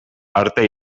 arte